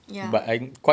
ya